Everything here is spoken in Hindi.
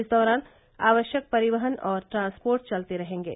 इस दौरान आवश्यक परिवहन व ट्रांसपोर्ट चलते रहेंगे